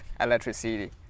electricity